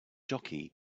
jockey